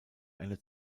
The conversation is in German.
eine